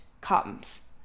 comes